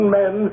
men